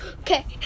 okay